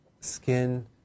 skin